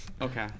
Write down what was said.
Okay